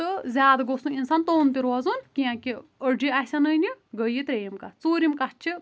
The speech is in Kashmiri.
تہٕ زیادٕ گوژھ نہٕ انسان توٚن تہِ روزُن کیٚنٛہہ کہِ أڑجہِ آسَن نَنہِ گٔے یہِ ترٛییِم کَتھ ژوٗرِم کَتھ چھِ